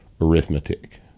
arithmetic